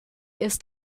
ist